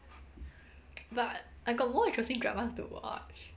but I got more interesting dramas to watch